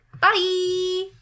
Bye